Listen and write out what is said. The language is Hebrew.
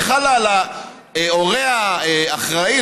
וחלה על ההורה האחראי,